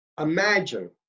Imagine